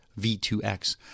V2X